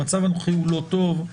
המצב הנוכחי הוא לא טוב.